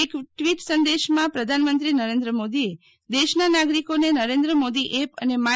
એક ટ્વીટ સંદેશામાં પ્રધાનમંત્રી નરેન્દ્ર મોદીએ દેશના નાગરિકોને નરેન્દ્ર મોદી એપ અને માય